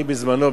אני בזמנו,